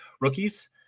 rookies